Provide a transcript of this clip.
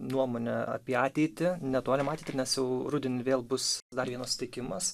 nuomonė apie ateitį netolimą ateitį nes jau rudenį vėl bus dar vienas sutikimas